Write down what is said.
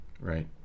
Right